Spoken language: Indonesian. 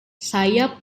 saya